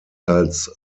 als